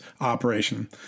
operation